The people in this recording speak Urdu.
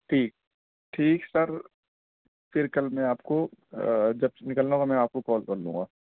ٹھیک ٹھیک سر پھر کل میں آپ کو جب نکلنا ہوگا میں آپ کو کال کر لوں گا